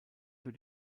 für